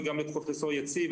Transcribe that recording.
וגם לפרופ' יציב.